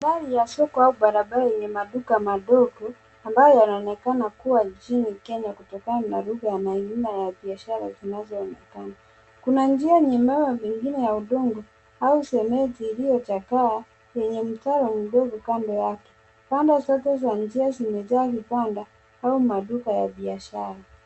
Gari ya soko au barabara yenye maduka madogo ambayo yanaonekana kuwa njini kenya kutokana na lugha na aina ya biashara zinazoonekana kuna njia nyepamba pengine ya udongo au sementi iliochakaa yenye mtaro mdogo kando yake. Pande zote za njia zimejaa vipanda au maduka ya biashara.